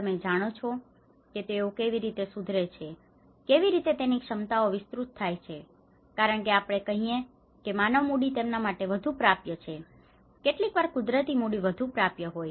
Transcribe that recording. તમે જાણો છો કે તેઓ કેવી રીતે સુધરે છે કેવી રીતે તેની ક્ષમતાઓ વિસ્તૃત થાય છે કારણ કે ક્યારેક આપણે કહીએ કે માનવ મૂડી તેમના માટે વધુ પ્રાપ્ય છે અને કેટલીકવાર કુદરતી મૂડી વધુ પ્રાપ્ય હોય છે